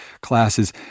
classes